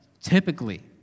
typically